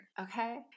Okay